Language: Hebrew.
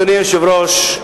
אדוני היושב-ראש,